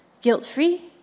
Guilt-free